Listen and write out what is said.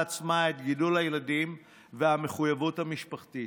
עצמה את גידול הילדים והמחויבות המשפחתית.